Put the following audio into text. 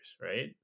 right